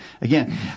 again